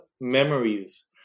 memories